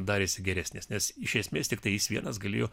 darėsi geresnės nes iš esmės tiktai jis vienas galėjo